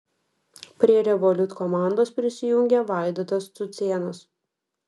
prie revolut komandos prisijungė vaidotas cucėnas